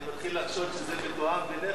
אני מתחיל לחשוד שזה מתואם בינך,